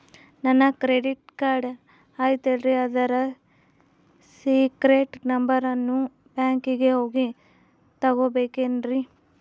ನನ್ನ credit card ಐತಲ್ರೇ ಅದರ ಸೇಕ್ರೇಟ್ ನಂಬರನ್ನು ಬ್ಯಾಂಕಿಗೆ ಹೋಗಿ ತಗೋಬೇಕಿನ್ರಿ?